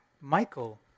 Michael